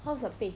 how's their pay